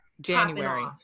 January